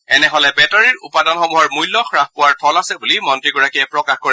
এনে হলে বেটাৰীৰ উপাদানসমূহৰ মূল্য হ্ৰাস পোৱাৰ থল আছে বুলি মন্ত্ৰীগৰাকীয়ে প্ৰকাশ কৰে